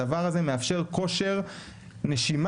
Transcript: הדבר הזה מאפשר כושר נשימה,